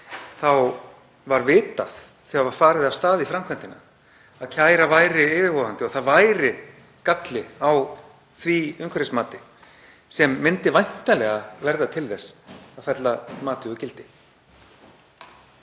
þá var vitað, þegar farið var af stað í framkvæmdina, að kæra væri yfirvofandi og það væri galli á því umhverfismati sem myndi væntanlega verða til þess að fella matið úr gildi.